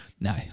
No